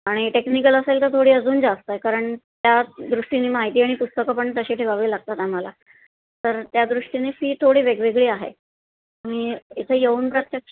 आणि टेक्निकल असेल तर थोडी अजून जास्त आहे कारण त्या दृष्टींनी माहिती आणि पुस्तकं पण तशी ठेवावे लागतात आम्हाला तर त्या दृष्टीने फी थोडी वेगवेगळी आहे आणि इथे येऊन प्रत